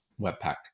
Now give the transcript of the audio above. webpack